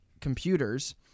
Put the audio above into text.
computers